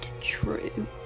true